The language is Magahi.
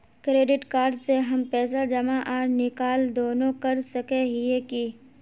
क्रेडिट कार्ड से हम पैसा जमा आर निकाल दोनों कर सके हिये की?